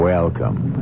Welcome